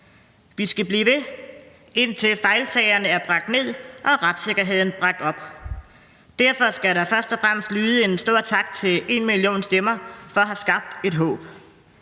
Vi skal blive ved, indtil antallet af fejlsager er bragt ned og niveauet i retssikkerheden bragt op. Derfor skal der først og fremmest lyde en stor tak til #enmillionstemmer for at have skabt et håb.